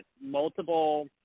multiple